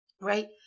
right